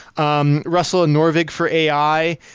um russell and norvig for ai.